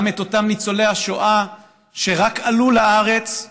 גם את אותם ניצולי השואה שרק עלו לארץ,